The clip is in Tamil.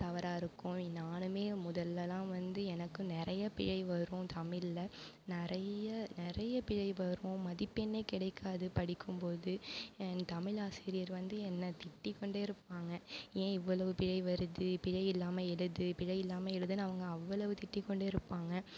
தவறாக இருக்கும் நானுமே முதல்லெல்லாம் வந்து எனக்கும் நிறையா பிழை வரும் தமிழில் நிறைய நிறையா பிழை வரும் மதிப்பெண்னே கிடைக்காது படிக்கும் போது என் தமிழ் ஆசிரியர் வந்து என்னை திட்டிக்கொண்டே இருப்பாங்க ஏன் இவ்வளவு பிழை வருது பிழை இல்லாமல் எழுது பிழை இல்லாமல் எழுதுன்னு அவங்க அவ்வளவு திட்டிக்கொண்டே இருப்பாங்க